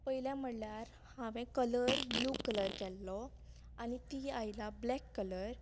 पयली म्हणल्यार हांवे कलर ब्लू कलर केल्लो आनी ती आयल्या ब्लॅक कलर